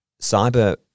Cyber